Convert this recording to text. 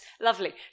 Lovely